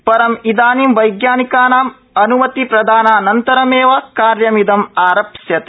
रमिदानीं वैज्ञानिकानां अन्मतिप्रदानानन्तरमेव कार्यमिदं आरप्स्यते